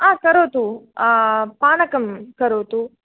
हा करोतु पानकं करोतु